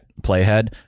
playhead